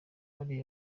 kariya